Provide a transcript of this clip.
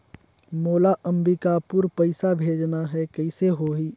मोला अम्बिकापुर पइसा भेजना है, कइसे होही?